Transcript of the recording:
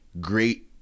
great